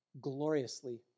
Gloriously